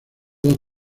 dos